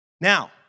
Now